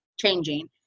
changing